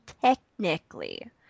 technically